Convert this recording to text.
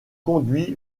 conduite